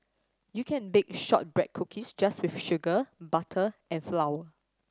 you can bake shortbread cookies just with sugar butter and flour